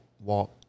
walk